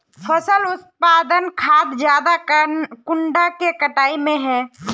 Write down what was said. फसल उत्पादन खाद ज्यादा कुंडा के कटाई में है?